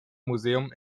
museum